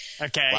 Okay